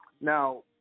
Now